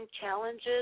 challenges